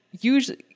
usually